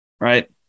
right